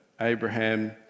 Abraham